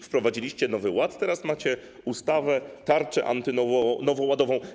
Wprowadziliście Nowy Ład, teraz macie ustawę, tarczę antynowoładową.